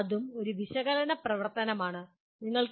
അതും ഒരു വിശകലന പ്രവർത്തനമാണ്